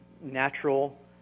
natural